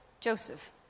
Joseph